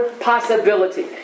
possibility